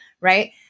right